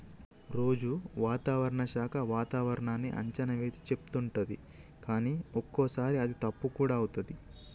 రోజు వాతావరణ శాఖ వాతావరణన్నీ అంచనా వేసి చెపుతుంటది కానీ ఒక్కోసారి అది తప్పు కూడా అవుతది